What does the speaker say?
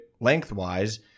lengthwise